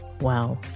Wow